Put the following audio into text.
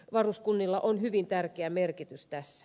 varuskunnilla on hyvin tärkeä merkitys tässä